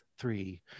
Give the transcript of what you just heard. Three